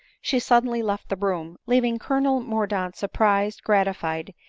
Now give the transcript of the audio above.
she suddenly left the room, leaving colonel mordaunt surprised, gratified,